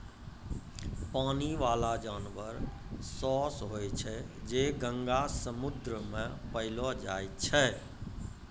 पानी बाला जानवर सोस होय छै जे गंगा, समुन्द्र मे पैलो जाय छै